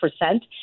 percent